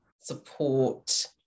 support